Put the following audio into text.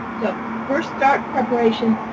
so first start preparation,